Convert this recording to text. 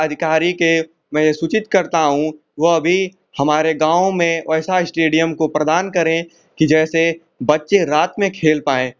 अधिकारी के मैं सूचित करता हूँ वह भी हमारे गाँव में वैसा इस्टेडियम को प्रदान करें कि जैसे बच्चे रात में खेल पाएँ